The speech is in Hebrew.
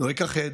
לא אכחד,